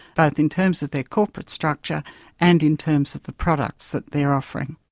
both in terms of their corporate structure and in terms of the products that they're offering.